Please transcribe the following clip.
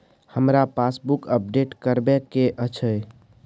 हमरा passbook update करैबे के अएछ?